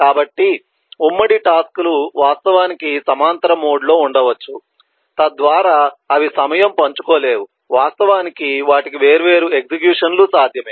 కాబట్టి ఉమ్మడి టాస్క్ లు వాస్తవానికి సమాంతర మోడ్లో జరగవచ్చు తద్వారా అవి సమయం పంచుకోలేవు వాస్తవానికి వాటికి వేర్వేరు ఎగ్జిక్యూషన్ లు సాధ్యమే